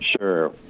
Sure